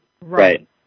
Right